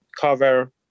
cover